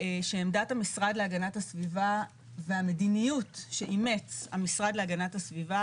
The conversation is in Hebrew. שעמדת המשרד להגנת הסביבה והמדיניות שאימץ המשרד להגנת הסביבה,